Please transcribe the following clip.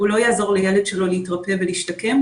הוא לא יעזור לילד שלו להתרפא ולהשתקם,